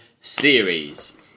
series